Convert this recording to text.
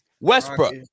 Westbrook